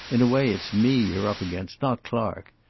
in a way, it's me you're up against. not clark.